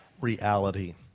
reality